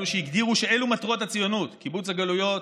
אלו שהגדירו שאלו מטרות הציונות: קיבוץ הגלויות,